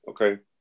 okay